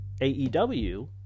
AEW